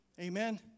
Amen